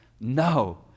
No